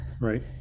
Right